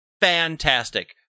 Fantastic